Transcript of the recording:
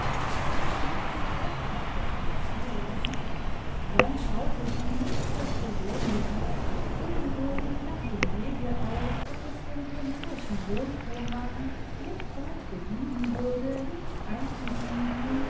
das schmeckt noch recht nach der pension dann schaute sie nichts desto weniger ungeduldig nach dem wege aus ob es dem pirnaischen lohnfuhrmann nicht bald belieben würde links einzubiegen